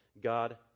God